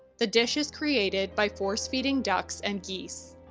the dish is created by force-feeding ducks and geese.